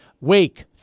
Wake